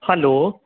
hello